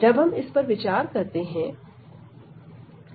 अब हम इस पर विचार करते हैं